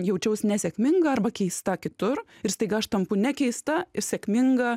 jaučiaus nesėkminga arba keista kitur ir staiga aš tampu nekeista ir sėkminga